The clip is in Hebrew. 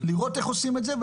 לראות איך עושים את זה,